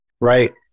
right